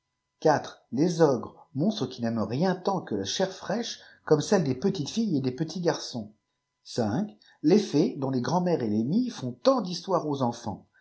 les ogres monstres qui n'aiment rien tant que la chair fraîche comme celle des petites filles et des petits garçons les fées dont les grand-mères et les mies font tant d histoires aux enfants